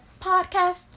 podcast